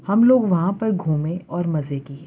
ہم لوگ وہاں پر گھومے اور مزے کیے